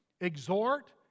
exhort